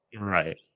Right